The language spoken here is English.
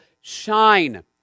shine